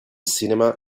cinema